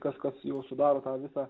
kas kas jau sudaro tą visą